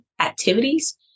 activities